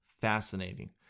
Fascinating